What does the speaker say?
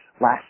last